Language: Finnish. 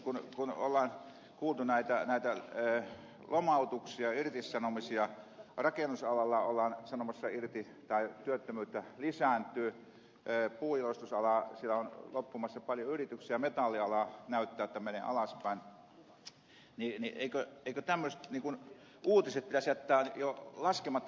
kun on kuultu näistä lomautuksista irtisanomisista rakennusalalla ollaan sanomassa väkeä irti työttömyys lisääntyy puunjalostusalalla on loppumassa paljon yrityksiä metalliala näyttää menevän alaspäin niin eikö tämmöiset uutiset leikkauksista pitäisi jättää jo laskematta läpi